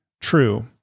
True